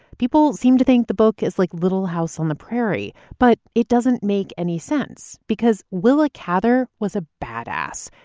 people seem to think the book is like little house on the prairie, but it doesn't make any sense because willa cather was a bad ass.